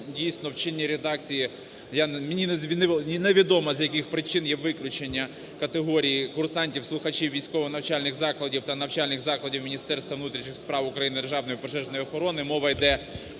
Дійсно, в чинній редакції я не… мені невідомо, з яких причин є виключення категорій курсантів-слухачів військово-навчальних закладів та навчальних закладів Міністерства внутрішніх справ України, Державної пожежної охорони. Мова йде, що